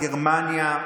גרמניה,